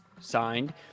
signed